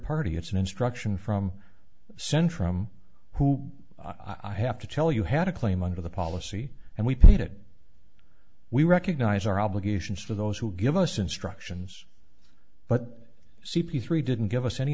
party it's an instruction from centrum who i have to tell you had a claim under the policy and we paid it we recognize our obligations for those who give us instructions but c p three didn't give us any